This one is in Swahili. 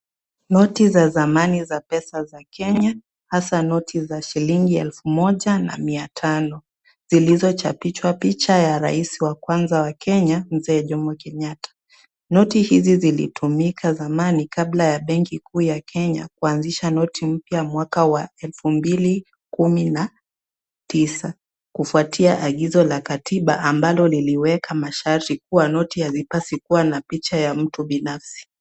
Noti za zamani za pesa za Kenya, hasa noti za shilingi elfu moja na mia tano, zilizochapishwa picha ya rais wa kwanza wa Kenya, Mzee Jomo Kenyatta. Noti hizi zilitumika zamani kabla ya benki kuu ya Kenya kuanzisha noti mpya mwaka wa 2019, kufuatia agizo la katiba ambalo liliweka masharti kua noti hazipaswi kua na picha ya mtu binafsi.